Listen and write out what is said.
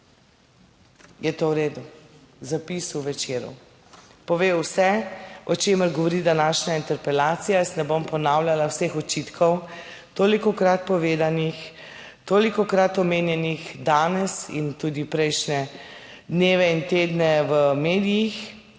Je to v redu? Zapis v Večeru pove vse, o čemer govori današnja interpelacija. Jaz ne bom ponavljala vseh očitkov, tolikokrat povedanih, tolikokrat omenjenih danes in tudi prejšnje dneve in tedne v medijih